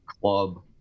club